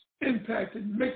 impacted